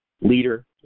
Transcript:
leader